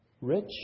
rich